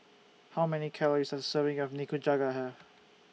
How Many Calories Does A Serving of Nikujaga Have